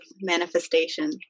manifestation